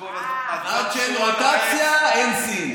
עד שאין רוטציה, אין סין.